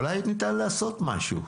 אולי ניתן לעשות משהו.